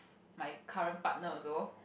my current partner also